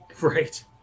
Right